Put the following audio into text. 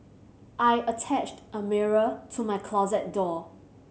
I attached a mirror to my closet door